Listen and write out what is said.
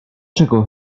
czego